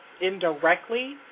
indirectly